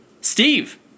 Steve